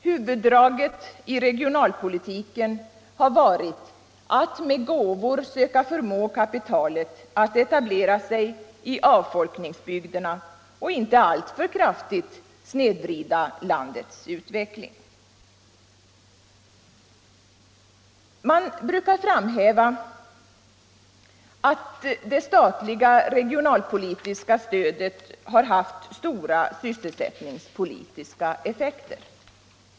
Huvuddraget i regionalpolitiken har varit att med gåvor söka förmå kapitalet att etablera sig i avfolkningsbygderna och inte alltför kraftigt snedvrida landets utveckling. Man brukar framhäva att det statliga regionalpolitiska stödet har haft stora sysselsättningspolitiska effekter.